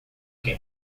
que